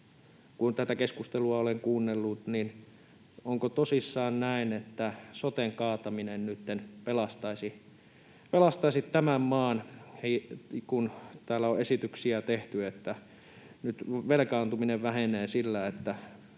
kun tätä keskustelua olen kuunnellut, kysyn, onko tosissaan näin, että soten kaataminen nytten pelastaisi tämän maan, kun täällä on esityksiä tehty, että velkaantuminen vähenee nyt sillä, että